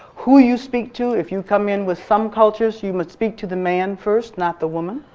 who you speak to if you come in with some cultures, you must speak to the man first, not the woman.